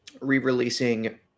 re-releasing